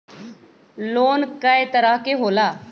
Loan कय तरह के होला?